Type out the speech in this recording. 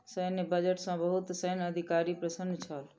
सैन्य बजट सॅ बहुत सैन्य अधिकारी प्रसन्न छल